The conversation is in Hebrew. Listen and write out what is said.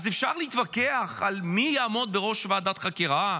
אז אפשר להתווכח על מי יעמוד בראש ועדת החקירה,